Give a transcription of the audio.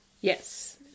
Yes